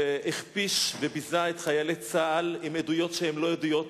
והכפיש וביזה את חיילי צה"ל בעדויות שהן לא עדויות,